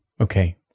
okay